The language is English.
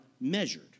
measured